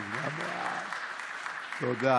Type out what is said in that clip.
תודה